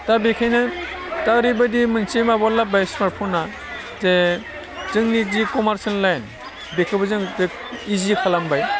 दा बेखायनो दा ओरैबायदि मानसे माबायाव लाबोबाय स्मार्ट फना जे जोंनि जि कमारसियेल लाइन बेखौबो जों बे इजि खालामबाय